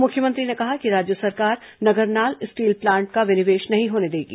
मुख्यमंत्री ने कहा कि राज्य सरकार नगरनार स्टील प्लांट का विनिवेश नहीं होने देगी